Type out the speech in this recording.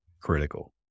Critical